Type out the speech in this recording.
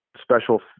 special